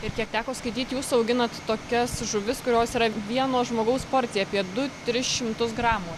ir kiek teko skaityt jūs auginat tokias žuvis kurios yra vieno žmogaus porcija apie du tris šimtus gramų